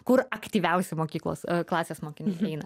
kur aktyviausi mokyklos klasės mokiniai eina